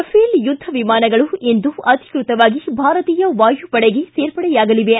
Rafale ಯುದ್ದ ವಿಮಾನಗಳು ಇಂದು ಅಧಿಕೃತವಾಗಿ ಭಾರತೀಯ ವಾಯುಪಡೆಗೆ ಸೇರ್ಪಡೆಯಾಗಲಿವೆ